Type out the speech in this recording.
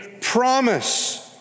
promise